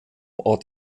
ort